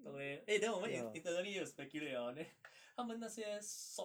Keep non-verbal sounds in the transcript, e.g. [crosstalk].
对 eh then 我们 in~ internally 也有 speculate hor then [breath] 他们那些 swab